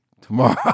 tomorrow